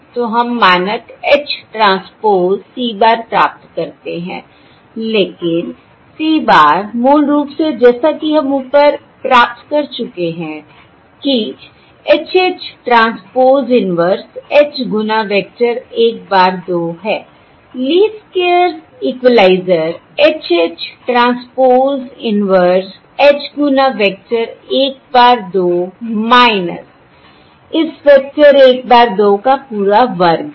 तो हम मानक H ट्रांसपोज़ c bar प्राप्त करते हैं लेकिन c bar मूल रूप से जैसा कि हम ऊपर प्राप्त कर चुके हैं कि H H transpose inverse H गुना वेक्टर 1 bar 2 है I least squares equaliser H H transpose inverse H गुना वेक्टर 1 bar 2 इस वेक्टर 1 bar 2 का पूरा वर्ग है